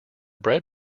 bread